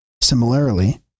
similarly